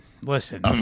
listen